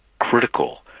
critical